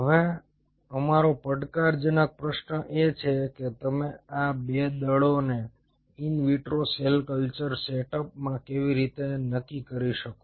હવે અમારો પડકારજનક પ્રશ્ન એ છે કે તમે આ 2 દળોને ઇન વિટ્રો સેલ કલ્ચર સેટઅપમાં કેવી રીતે નક્કી કરી શકો